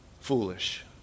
foolish